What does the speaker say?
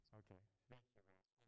okay